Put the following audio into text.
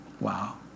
wow